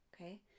Okay